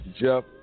Jeff